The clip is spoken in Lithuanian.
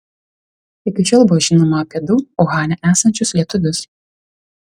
iki šiol buvo žinoma apie du uhane esančius lietuvius